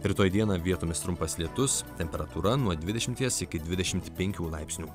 rytoj dieną vietomis trumpas lietus temperatūra nuo dvidešimties iki dvidešimt penkių laipsnių